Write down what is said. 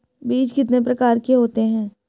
बीज कितने प्रकार के होते हैं?